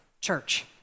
church